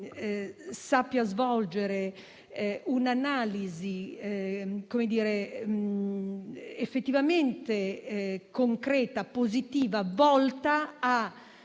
sappia svolgere un'analisi effettivamente concreta, positiva, volta